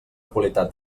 qualitat